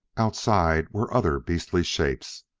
outside were other beastly shapes,